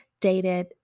dated